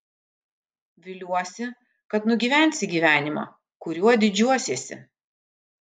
viliuosi kad nugyvensi gyvenimą kuriuo didžiuosiesi